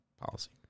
policy